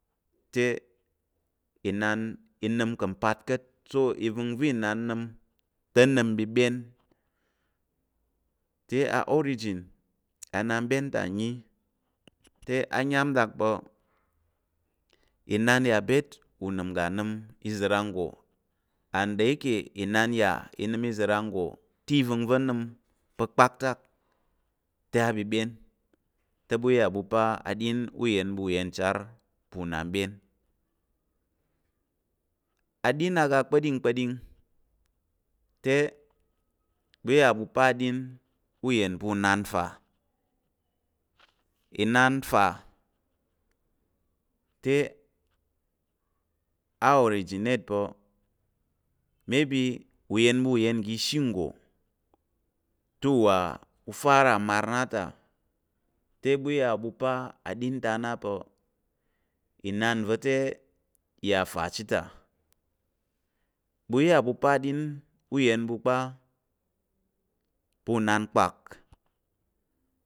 Te inan i nəm ka̱ mpat ka̱t so i vəngva̱ inan nəm te nəm mbyebyen, te origina ananbyen. ta yi, ayam ɗak pa̱ inan yà byet unəm uga nəm iza̱ ranggo and de i ke inan ya i nəm iza̱ ranggo te ivəngva̱ nəm pa̱ kpaktak te a byebyen te ɓu iya ɓu pa aɗin uyen ɓu uyenchar pa̱ unanbyen aɗin aga kpa̱ɗingkpa̱ɗing te ɓu iya ɓu pa aɗin uyen pa̱ unanfa, inan fa te a originate pa̱ maybe uyen ɓu uyen ugəshi nggo te wa u fara mar ta te ɓu iya pa aɗin na. pa̱ inan va̱ ta yà fa chit ta ɓu iya ɓu pa aɗin uyen ɓu kpa pa̱ unankpak.